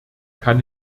kann